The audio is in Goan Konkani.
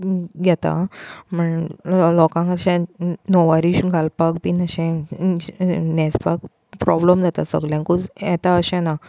घेता म्हणल्या लोकांक अशें णववारी शिवंक घालपाक बीन अशें न्हेसपाक प्रोब्लम जाता सगल्यांकूच येता अशें ना